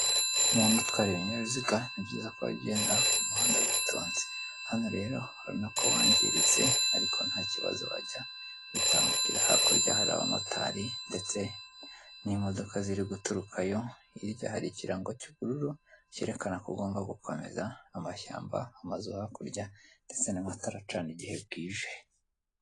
Umuntu utwara ibinyabiziga ni byiza ko ugenda mu muhanda witonze hano rero uraona ko wangiritse ariko nta kibazo wajya witambukira hakurya hari abamotari ndetse n'imodoka ziri guturukayo hirya hari ikirango cy'ubururu cyerekana ko ugomba gukomeza amashyamba amazu hakurya ndetse n'amatara acana igihe bwije.